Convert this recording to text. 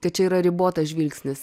tai čia yra ribotas žvilgsnis